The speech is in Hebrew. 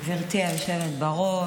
גברתי היושבת-ראש,